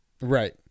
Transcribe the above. Right